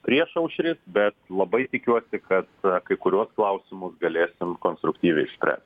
priešaušris bet labai tikiuosi kad kai kuriuos klausimus galėsim konstruktyviai išspręsti